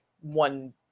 one